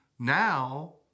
Now